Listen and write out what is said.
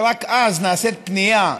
ורק אז נעשית פנייה למאומץ-למאומצת,